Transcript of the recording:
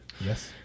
Yes